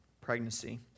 pregnancy